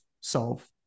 solve